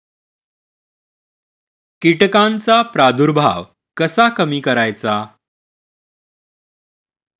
कीटकांचा प्रादुर्भाव कसा कमी करायचा?